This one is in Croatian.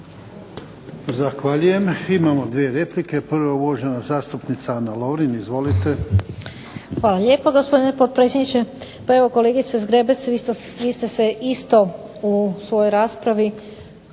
Zahvaljujem. Imamo 2 replike. Prvo, uvažena zastupnica Ana Lovrin. Izvolite. **Lovrin, Ana (HDZ)** Hvala lijepo gospodine potpredsjedniče. Pa evo kolegice Zgrebec vi ste se isto u svojoj raspravi